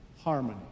harmony